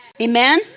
Amen